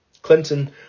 Clinton